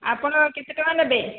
ଆପଣ କେତେ ଟଙ୍କା ନେବେ